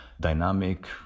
dynamic